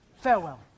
Farewell